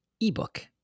ebook